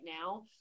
now